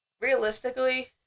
realistically